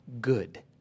good